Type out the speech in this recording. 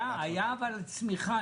הייתה צמיחה.